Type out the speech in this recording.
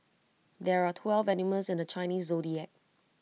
there are twelve animals in the Chinese Zodiac